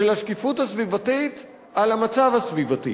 של השקיפות הסביבתית על המצב הסביבתי.